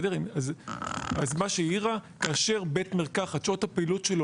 אז לגבי מה שהיא העירה שכאשר שעות הפעילות של בית